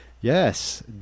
yes